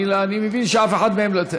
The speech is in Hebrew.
אני מבין שאף אחד לא רוצה.